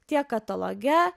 tiek kataloge